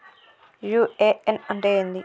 UAN అంటే ఏంది?